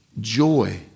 joy